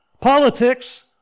Politics